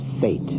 fate